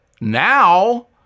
Now